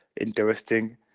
interesting